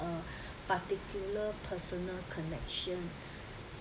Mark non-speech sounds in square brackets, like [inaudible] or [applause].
a [breath] particular personal connection